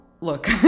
look